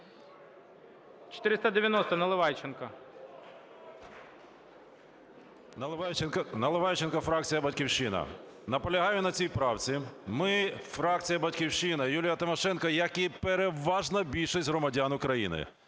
НАЛИВАЙЧЕНКО В.О. Наливайченко, фракція "Батьківщина". Наполягаю на цій правці. Ми, фракція "Батьківщина", Юлія Тимошенко, як і переважна більшість громадян України,